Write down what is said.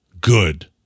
good